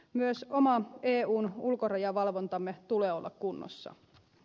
myös oman eun ulkorajavalvontamme tulee olla kunnossa